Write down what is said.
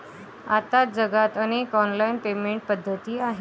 आता जगात अनेक ऑनलाइन पेमेंट पद्धती आहेत